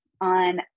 on